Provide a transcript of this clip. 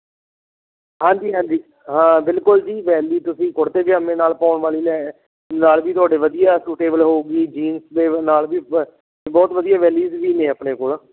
ਹਾਂਜੀ ਹਾਂਜੀ ਹਾਂ ਬਿਲਕੁਲ ਜੀ ਬੈਲੀ ਤੁਸੀਂ ਕੁੜਤੇ ਪਜਾਮੇ ਨਾਲ ਪਾਉਣ ਵਾਲੀ ਲੈ ਨਾਲ ਵੀ ਤੁਹਾਡੇ ਵਧੀਆ ਸੁਟੇਬਲ ਹੋਊਗੀ ਜੀਨਸ ਦੇ ਨਾਲ ਵੀ ਬ ਬਹੁਤ ਵਧੀਆ ਬੈਲੀਸ ਵੀ ਨੇ ਆਪਣੇ ਕੋਲ